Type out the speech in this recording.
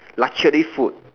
luxury food